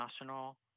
National